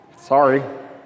Sorry